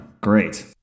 great